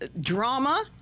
drama